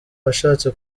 washatse